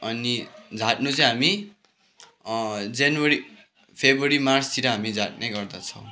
अनि झाँट्नु चाहिँ हामी जनवरी फरवरी मार्चतिर हामी झाट्ने गर्दछौँ